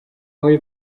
muri